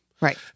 Right